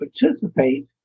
participate